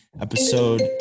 episode